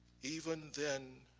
even then